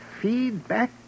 feedback